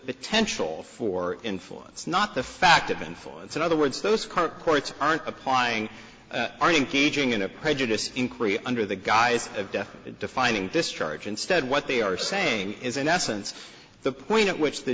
potential for influence not the fact of influence in other words those current courts aren't applying are engaging in a prejudice in korea under the guise of death defining this charge instead what they are saying is in essence the point at which the